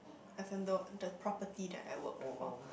even though the property that I worked for